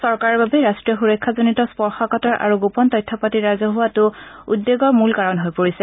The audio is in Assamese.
চৰকাৰৰ বাবে ৰাষ্টীয় সুৰক্ষাজনিত স্পৰ্শকাতৰ আৰু গোপন তথ্য পাতি ৰাজহুৱা হোৱাটো উদ্বেগৰ মূল কাৰণ হৈ পৰিছে